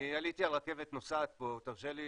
אני עליתי על רכבת נוסעת פה, תן לי